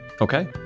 Okay